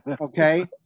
okay